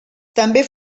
també